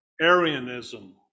Arianism